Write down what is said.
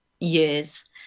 years